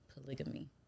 polygamy